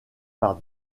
par